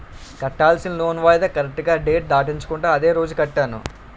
కట్టాల్సిన లోన్ వాయిదా కరెక్టుగా డేట్ దాటించకుండా అదే రోజు కట్టాను